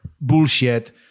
bullshit